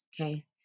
Okay